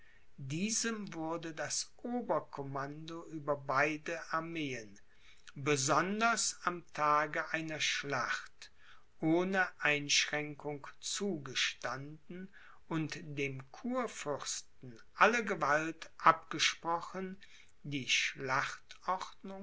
diesem wurde das obercommando über beide armeen besonders am tage einer schlacht ohne einschränkung zugestanden und dem kurfürsten alle gewalt abgesprochen die